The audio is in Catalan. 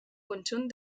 conjunt